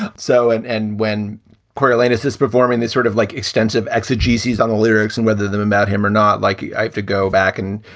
ah so and and when coriolanus is performing, they sort of like extensive exegesis on the lyrics and whether they're about him or not, like i have to go back and,